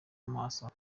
amasomo